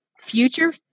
future